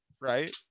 right